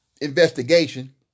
investigation